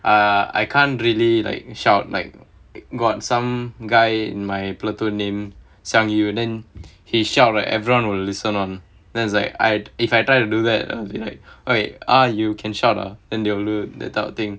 uh I can't really like shout like got some guy in my platoon name sung you then he shout right everyone will listen [one] then it's like I'd if I try to do that they'll be like eh ah you can shout ah and they will do that type of thing